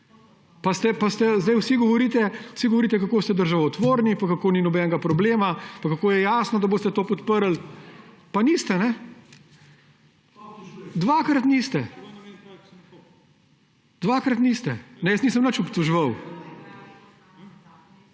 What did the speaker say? na mejo, pa sedaj vsi govorite, kako ste državotvorni pa kako ni nobenega problema pa kako je jasno, da boste to podprli. Pa niste! Dvakrat niste. Ne, jaz nisem nič obtoževal.